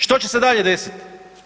Što će se dalje desiti?